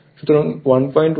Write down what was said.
সুতরাং 115 অ্যাম্পিয়ার হবে